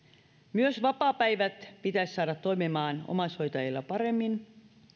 myös omaishoitajien vapaapäivät pitäisi saada toimimaan paremmin